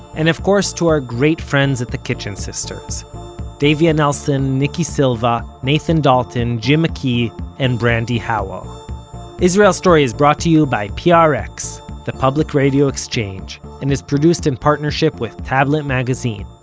and of course, to our great friends at the kitchen sisters davia nelson, nikki silva, nathan dalton, jim mckee and brandi howell israel story is brought to you by ah prx the public radio exchange, and is produced in partnership with tablet magazine.